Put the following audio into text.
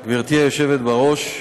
גברתי היושבת בראש,